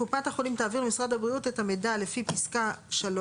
קופת החולים תעביר למשרד הבריאות את המידע לפי פסקה (3),